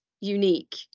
unique